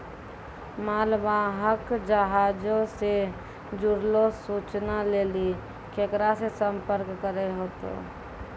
मालवाहक जहाजो से जुड़लो सूचना लेली केकरा से संपर्क करै होतै?